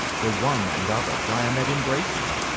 the one and other diomed embraces.